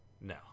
No